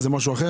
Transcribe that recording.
זה משהו אחר?